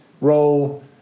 roll